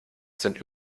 sind